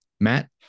Matt